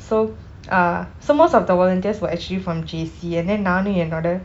so uh so most of the volunteers were actually from J_C and then நானும் என்னுடைய:naanum ennudaiya